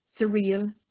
Surreal